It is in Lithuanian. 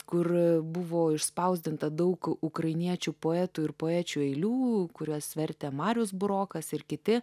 kur buvo išspausdinta daug ukrainiečių poetų ir poečių eilių kurias vertė marius burokas ir kiti